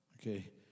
Okay